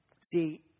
See